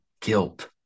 guilt